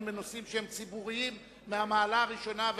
בנושאים שהם ציבוריים מהמעלה הראשונה,